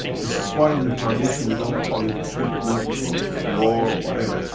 this is why in the foundation we don't call it treatment or cure or whatever,